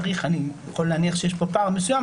יכול להניח שיש פה פער מסוים,